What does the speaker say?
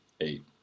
eight